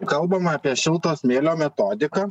kalbama apie šilto smėlio metodiką